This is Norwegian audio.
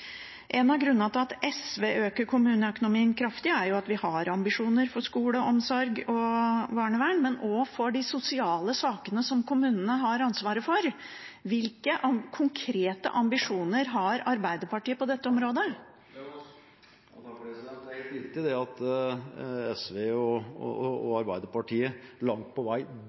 En av grunnene til at SV øker kommuneøkonomien kraftig, er at vi har ambisjoner for skole, omsorg og barnevern, men også for de sosiale sakene som kommunene har ansvaret for. Hvilke konkrete ambisjoner har Arbeiderpartiet på dette området? Det er helt riktig at SV og Arbeiderpartiet langt på vei